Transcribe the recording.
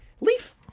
Leaf